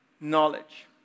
knowledge